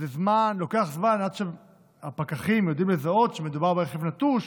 לוקח זמן עד שהפקחים יודעים לזהות שמדובר ברכב נטוש,